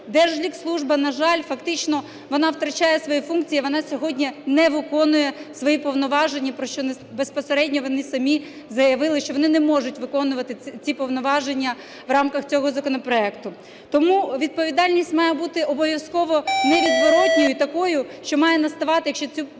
Держлікслужба, на жаль, фактично вона втрачає свої функції, вона сьогодні не виконує свої повноваження. Про що безпосередньо вони самі заявили, що вони не можуть виконувати ці повноваження в рамках цього законопроекту. Тому відповідальність має бути обов'язково невідворотною і такою, що має наставати, якщо ці